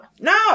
no